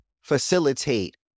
facilitate